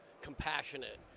compassionate